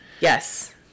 Yes